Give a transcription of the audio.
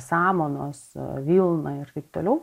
samanos vilna ir taip toliau